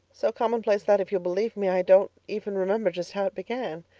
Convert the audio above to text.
so commonplace that, if you'll believe me, i don't even remember just how it began.